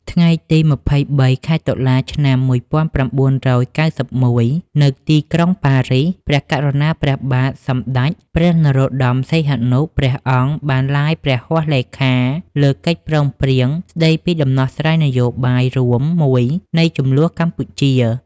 ថ្ងៃទី២៣ ខែតុលា ឆ្នាំ១៩៩១ នៅទីក្រុងប៉ារីស ព្រះករុណាព្រះបាទសម្តេចព្រះនរោត្តម សីហនុ ព្រះអង្គបានឡាយព្រះហស្ថលេខា លើកិច្ចព្រមព្រៀងស្តីពីដំណោះស្រាយនយោបាយរួមមួយនៃជម្លោះកម្ពុជា។